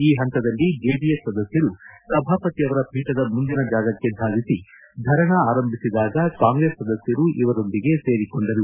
ಈ ಹಂತದಲ್ಲಿ ಜೆಡಿಎಸ್ ಸದಸ್ಯರು ಸಭಾಪತಿ ಅವರ ಪೀಠದ ಮುಂದಿನ ಜಾಗಕ್ಕೆ ಧಾವಿಸಿ ಧರಣಿ ಆರಂಭಿಸಿದಾಗ ಕಾಂಗ್ರೆಸ್ ಸದಸ್ಯರೂ ಇವರೊಂದಿಗೆ ಸೇರಿಕೊಂಡರು